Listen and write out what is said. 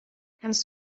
kannst